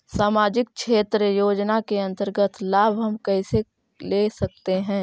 समाजिक क्षेत्र योजना के अंतर्गत लाभ हम कैसे ले सकतें हैं?